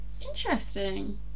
Interesting